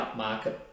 upmarket